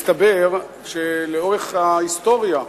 מסתבר שלאורך ההיסטוריה,